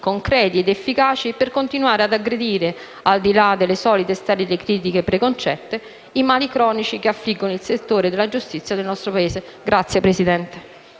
concreti ed efficaci per continuare ad aggredire, al di là delle solite e sterili critiche preconcette, i mali cronici che affliggono il settore della giustizia del nostro Paese.